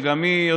שגם היא,